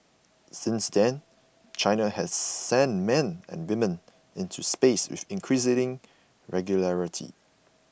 since then China has sent men and women into space with increasing regularity